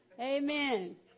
Amen